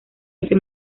ese